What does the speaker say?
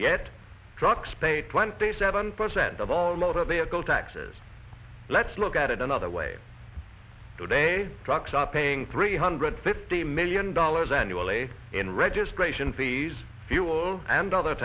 yet trucks pay twenty seven percent of all motor vehicle taxes let's look at it another way today trucks are paying three hundred fifty million dollars annually in registration fees fuel and othe